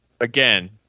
again